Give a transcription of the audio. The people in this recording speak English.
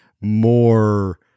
more